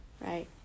Right